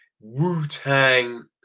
Wu-Tang